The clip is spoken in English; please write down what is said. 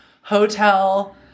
hotel